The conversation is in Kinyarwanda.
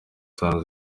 tanu